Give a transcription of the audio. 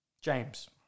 James